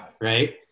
Right